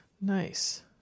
Nice